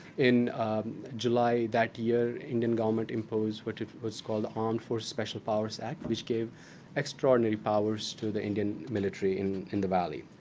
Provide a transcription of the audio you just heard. in july that year, indian government imposed what was called the armed forces special powers act, which gave extraordinary powers to the indian military in in the valley.